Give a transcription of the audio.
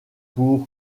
pour